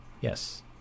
Yes